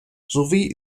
sowie